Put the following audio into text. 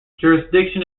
jurisdiction